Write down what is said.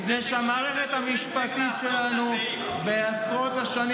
מפני שהמערכת המשפטית שלנו בעשרות השנים